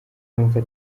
numva